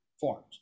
forms